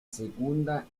segunda